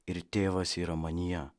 ir tėvas yra manyje